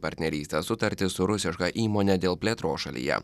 partnerystės sutartį su rusiška įmone dėl plėtros šalyje